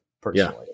personally